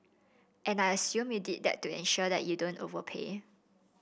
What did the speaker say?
and I assume you did that to ensure that you don't overpay